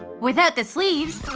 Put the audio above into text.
without the sleeves,